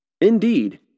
Indeed